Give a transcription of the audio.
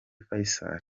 faisal